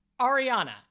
Ariana